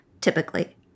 typically